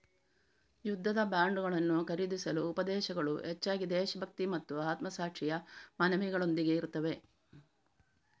ಯುದ್ಧದ ಬಾಂಡುಗಳನ್ನು ಖರೀದಿಸಲು ಉಪದೇಶಗಳು ಹೆಚ್ಚಾಗಿ ದೇಶಭಕ್ತಿ ಮತ್ತು ಆತ್ಮಸಾಕ್ಷಿಯ ಮನವಿಗಳೊಂದಿಗೆ ಇರುತ್ತವೆ